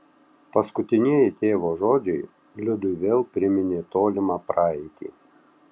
paskutinieji tėvo žodžiai liudui vėl priminė tolimą praeitį